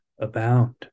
abound